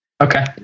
Okay